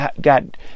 God